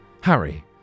Harry